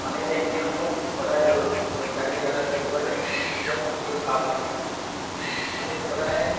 পানীৰ টেংকিসমূহ সদায় ৰ'দ ৰ'দঘাই জেগাত ৰাখিব লাগে তেতিয়া পানীটো ভাল হৈ থাকে পানীত সদায়